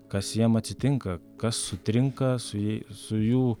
kas jiem atsitinka kas sutrinka su jai su jų